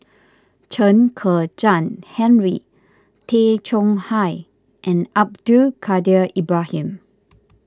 Chen Kezhan Henri Tay Chong Hai and Abdul Kadir Ibrahim